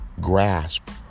grasp